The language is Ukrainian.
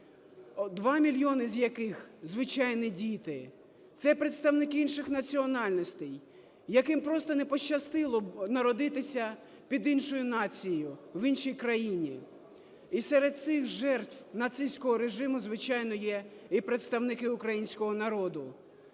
2 мільйони з яких звичайні діти. Це представники інших національностей, яким просто не пощастило народитися під іншою нацією в іншій країні. І серед цих жертв нацистського режиму, звичайно, є і представники українського народу.